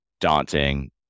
daunting